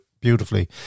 beautifully